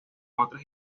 otras